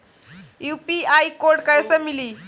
UPI code कैसे मिली?